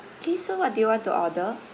okay so what do you want to order